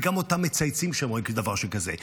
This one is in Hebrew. וגם אותם מצייצים שרואים דבר שכזה,